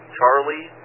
Charlie